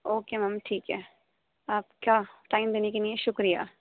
okay ma'am ٹھیک ہے آپ کا ٹائم دینے کے لیے شکریہ